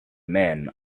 men